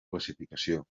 classificació